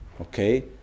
Okay